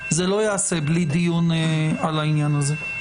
זה לא ייעשה בלי דיון על העניין הזה.